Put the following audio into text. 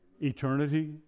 Eternity